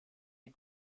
die